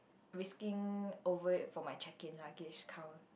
risking over it for my check in luggage count